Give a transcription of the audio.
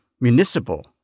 municipal